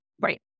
Right